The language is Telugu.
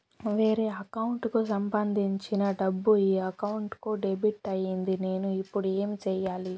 వేరే అకౌంట్ కు సంబంధించిన డబ్బు ఈ అకౌంట్ కు డెబిట్ అయింది నేను ఇప్పుడు ఏమి సేయాలి